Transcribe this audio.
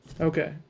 Okay